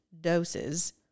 doses